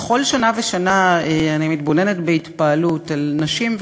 בכל שנה ושנה אני מתבוננת בהתפעלות על נשים,